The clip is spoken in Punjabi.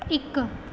ਇੱਕ